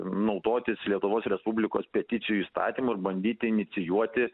naudotis lietuvos respublikos peticijų įstatymu ir bandyti inicijuoti